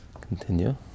Continue